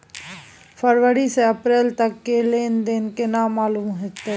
फरवरी से अप्रैल तक के लेन देन केना मालूम होते?